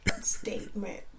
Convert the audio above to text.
statement